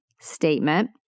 statement